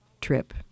trip